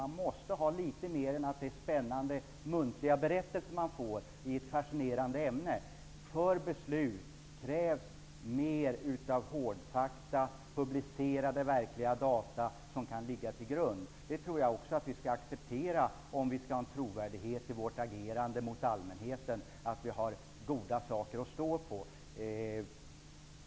Man måste har litet mer att hålla sig till än muntliga berättelser i ett fascinerande ämne. Som grund för beslut krävs mer av hårdfakta, publicerade verkliga data. Vi måste acceptera detta, om vi skall få en trovärdighet i vårt agerande mot allmänheten. Vi måste ha en god grund att stå på.